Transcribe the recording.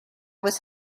was